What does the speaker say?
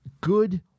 good